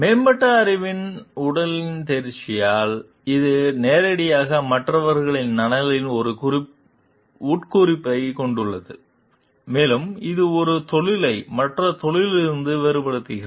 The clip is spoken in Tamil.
மேம்பட்ட அறிவின் உடலின் தேர்ச்சியால் இது நேரடியாக மற்றவர்களின் நலனில் ஒரு உட்குறிப்பைக் கொண்டுள்ளது மேலும் இது ஒரு தொழிலை மற்ற தொழில்களிலிருந்து வேறுபடுத்துகிறது